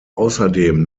außerdem